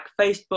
Facebook